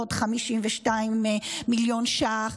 עוד 52 מיליון ש"ח.